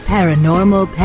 Paranormal